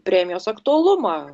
premijos aktualumą